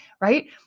right